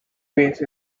base